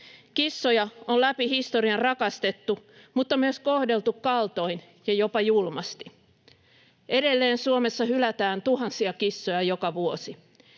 Kissoja on läpi historian rakastettu, mutta myös kohdeltu kaltoin ja jopa julmasti. Edelleen Suomessa hylätään tuhansia kissoja joka vuosi.